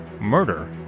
Murder